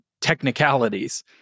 technicalities